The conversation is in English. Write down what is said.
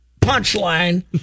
punchline